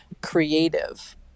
creative